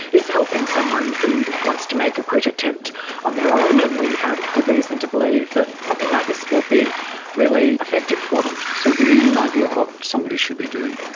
is helping someone who wants to make a quit attempt on their own and we have good reason to believe that something like this will be really effective for them. so give me an idea of what somebody should be doing.